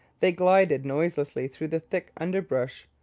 they glided noiselessly through the thick underbrush,